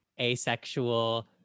asexual